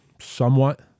somewhat